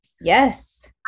Yes